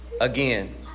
again